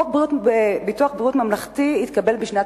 חוק ביטוח בריאות ממלכתי התקבל בשנת